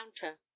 counter